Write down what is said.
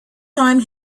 time